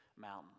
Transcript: mountain